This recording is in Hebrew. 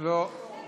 לא.